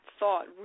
thought